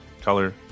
color